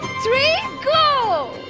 three, go!